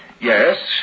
Yes